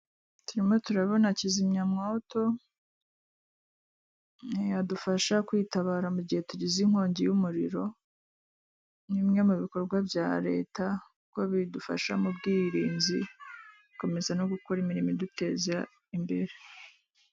Turimo turabona kizimyamwoto yadufasha kwitabara mu gihe tugize inkongi y'umuriro, ni bimwe mu bikorwa bya leta kuko bidufasha mu bwirinzi gukomeza no gukora imirimo iduteza imbere.